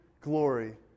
glory